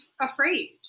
afraid